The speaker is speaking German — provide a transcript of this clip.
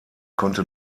konnte